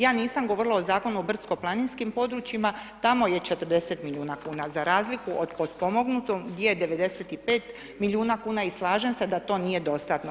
Ja nisam govorila o Zakonu o brdsko-planinskim područjima tamo je 40 miliona kuna za razliku od potpomognuto gdje je 95 milijuna kuna i slažem se da to nije dostatno.